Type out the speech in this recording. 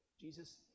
Jesus